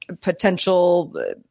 potential